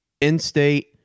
in-state